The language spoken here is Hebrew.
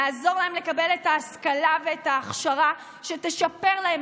נעזור להם לקבל את ההשכלה ואת ההכשרה שישפרו להן